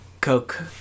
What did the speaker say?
Coke